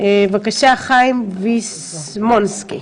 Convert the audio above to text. בבקשה חיים ויסמונסקי,